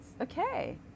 okay